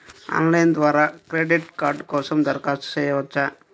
Online ద్వారా credit card కోసం దరఖాస్తు చేయవచ్చా?